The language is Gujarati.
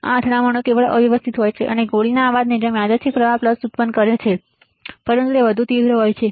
આ અથડામણો કેવળ અવ્યવસ્થિત હોય છે અને ગોળીના અવાજની જેમ યાદચ્છિક પ્રવાહ પલ્સ ઉત્પન્ન કરે છે પરંતુ તે વધુ તીવ્ર હોય છે